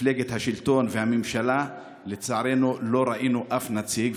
ממפלגת השלטון והממשלה, לצערנו, לא ראינו אף נציג.